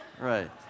Right